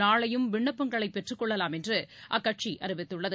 நாளையும் விண்ணப்பங்களை பெற்றுக் கொள்ளலாம் என்று அக்கட்சி அறிவித்துள்ளது